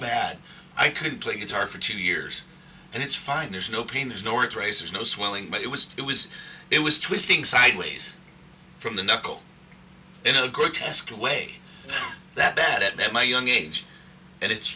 bad i couldn't play guitar for two years and it's fine there's no pain there's nor traces no swelling but it was it was it was twisting sideways from the knuckle in a grotesque a way that that at my young age and it's